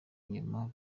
nyuma